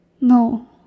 No